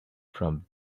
from